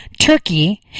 Turkey